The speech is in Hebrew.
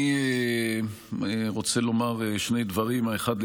אני רוצה לומר שני דברים: האחד,